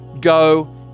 go